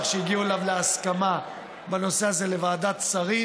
שהגיעו אליו להסכמה בנושא הזה לוועדת שרים,